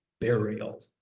burial